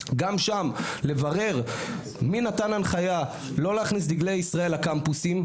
גם שם לברר מי נתן הנחיה לא להכניס דגלי ישראל לקמפוסים,